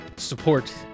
support